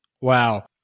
Wow